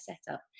setup